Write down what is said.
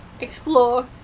explore